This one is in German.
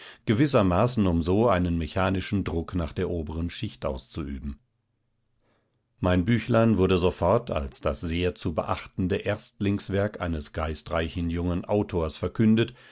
gewissermaßen um so einen mechanischen druck nach der oberen schicht auszuüben mein büchlein wurde sofort als das sehr zu beachtende erstlingswerk eines geistreichen jungen autors verkündet